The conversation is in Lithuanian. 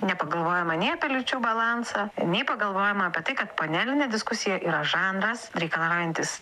nepagalvojama nei apie lyčių balansą nei pagalvojama apie tai kad panelinė diskusija yra žanras reikalaujantis